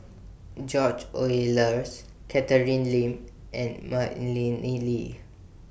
George Oehlers Catherine Lim and Madeleine Lee